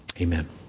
amen